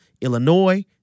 illinois